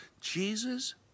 Jesus